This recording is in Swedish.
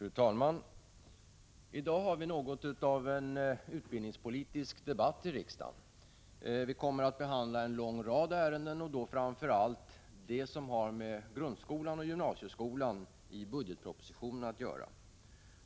Fru talman! I dag har vi något av en utbildningspolitisk debatt i riksdagen. Vi kommer att behandla en lång rad ärenden och då framför allt de avsnitt i budgetpropositionen som har med grundskolan och gymnasieskolan att göra.